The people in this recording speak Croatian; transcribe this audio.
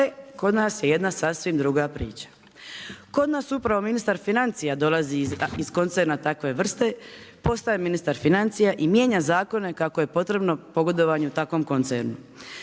kod nas je jedna sasvim druga priča. Kod nas upravo ministar financija iz koncerna takve vrste, postaje ministar financija i mijenja zakone je potrebno pogodovanju takvom koncernu.